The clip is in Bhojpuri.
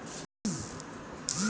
खाद्य आउर उर्वरक में का अंतर होला?